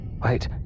Wait